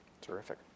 Terrific